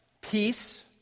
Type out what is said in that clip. peace